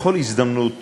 בכל הזדמנות